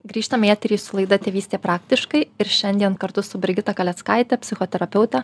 grįžtam į eterį su laida tėvystė praktiškai ir šiandien kartu su brigita kaleckaite psichoterapeute